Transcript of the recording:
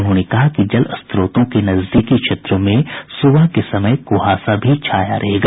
उन्होंने बताया कि जल स्त्रोतो के नजदीकी क्षेत्रों में सुबह में कुहासा भी छाया रहेगा